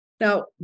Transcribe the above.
Now